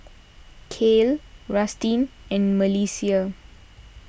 Kael Rustin and Melissia